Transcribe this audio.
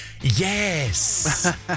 Yes